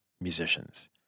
musicians